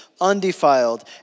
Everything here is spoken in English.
undefiled